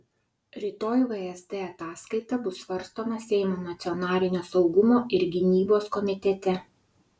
rytoj vsd ataskaita bus svarstoma seimo nacionalinio saugumo ir gynybos komitete